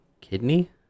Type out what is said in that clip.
kidney